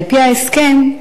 על-פי ההסכם,